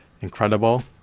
incredible